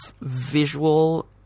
visual